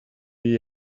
you